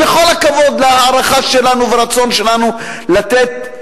בכל הכבוד וההערכה שלנו והרצון שלנו לתת,